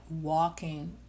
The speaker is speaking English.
walking